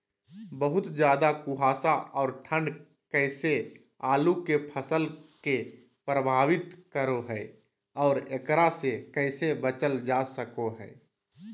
बहुत ज्यादा कुहासा और ठंड कैसे आलु के फसल के प्रभावित करो है और एकरा से कैसे बचल जा सको है?